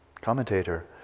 commentator